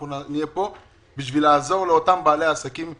אנחנו נהיה פה כדי לעזור לאותם בעלי העסקים שקורסים.